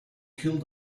killed